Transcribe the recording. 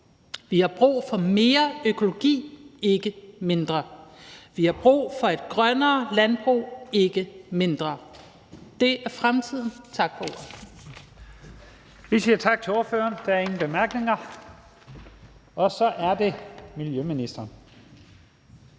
Vi har brug for mere økologi, ikke mindre. Vi har brug for et grønnere landbrug, ikke et mindre grønt. Det er fremtiden. Tak for ordet.